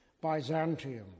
Byzantium